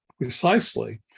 precisely